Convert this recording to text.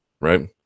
right